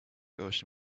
ocean